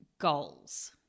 goals